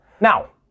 Now